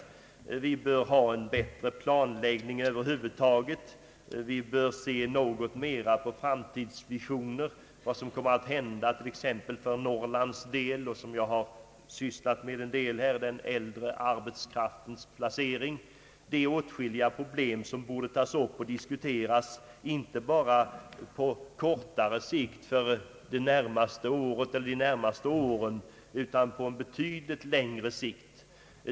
Vi har påpekat att man bör ha en bättre planläggning över huvud taget och att man bör se mer mot framtiden och tänka på vad som kommer att hända t.ex. för Norrlands del och — vilket jag något berört — beträffande den äldre arbetskraftens placering. Åtskilliga problem borde tas upp och diskuteras inte endast på kort sikt för det närmaste året eller de närmaste åren utan på betydligt längre sikt.